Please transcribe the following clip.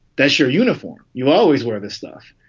that's your uniform. you always wear this stuff.